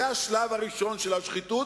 זה השלב הראשון של השחיתות,